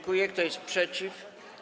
Kto jest przeciw?